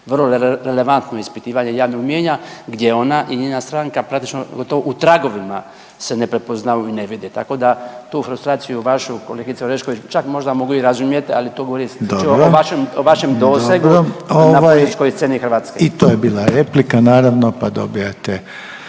vrlo relevantno ispitivanje javnog mijenja gdje ona i njena stranka praktično gotovo u tragovima se ne prepoznaju i ne vide, tako da tu frustraciju vašu kolegice Orešković čak možda mogu i razumjeti, ali to govori isključivo o vašem, o vašem dosegu na političkoj sceni Hrvatske. **Reiner, Željko (HDZ)** Dobro,